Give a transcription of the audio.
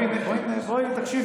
אני לא טועה,